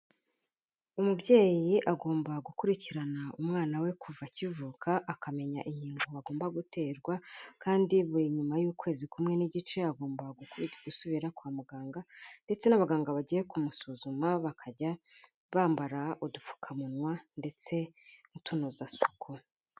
Umubyeyi agomba gukurikirana umwana we kuva akivuka akamenya inkingo bagomba guterwa kandi buri nyuma y'ukwezi kumwe n'igice agomba gusubira kwa muganga ndetse n'abaganga bagiye kumusuzuma bakajya bambara udupfukamunwa ndetse n'utunozasuku.